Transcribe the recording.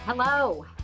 Hello